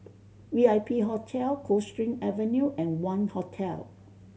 V I P Hotel Coldstream Avenue and Wangz Hotel